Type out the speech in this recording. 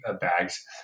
bags